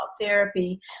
therapy